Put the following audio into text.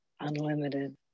unlimited